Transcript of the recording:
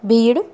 Beed